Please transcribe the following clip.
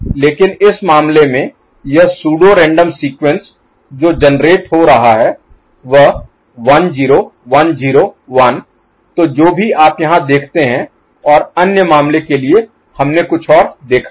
लेकिन इस मामले में यह सूडो रैंडम सीक्वेंस जो जेनेरेट हो रहा है वह है 1 0 1 0 1 तो जो भी आप यहां देखते हैं और अन्य मामले के लिए हमने कुछ और देखा है